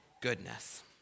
goodness